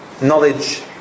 knowledge